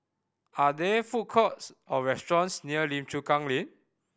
are there food courts or restaurants near Lim Chu Kang Lane